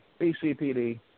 BCPD